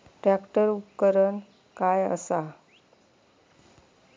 Tractor उपकरण काय असा?